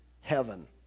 Heaven